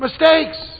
mistakes